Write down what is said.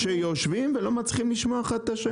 שיושבים ולא מצליחים לשמוע אחד את השני.